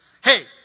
Hey